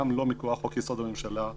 גם לא מכוח חוק יסוד: הממשלה,